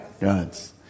God's